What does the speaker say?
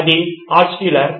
ఇది ఆల్ట్షల్లర్